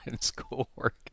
schoolwork